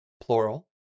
plural